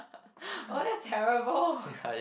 oh that's terrible